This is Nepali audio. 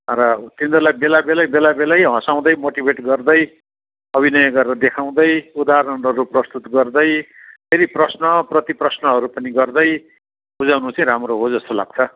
र तिनीहरूलाई बेला बेलै बेला बेलै हँसाउँदै मोटिभेट गर्दै अभिनय गरेर देखाउँदै उदाहरणहरू प्रस्तुत गर्दै फेरि प्रश्न प्रतिप्रश्नहरू पनि गर्दै बुझाउनु चाहिँ राम्रो हो जस्तो लाग्छ